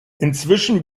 inzwischen